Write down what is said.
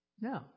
No